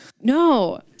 No